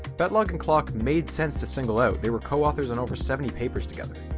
batlogg and kloc made sense to single out, they were co-authors on over seventy papers together.